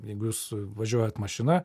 jeigu jūs važiuojat mašina